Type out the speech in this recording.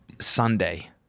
Sunday